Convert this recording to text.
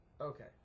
Okay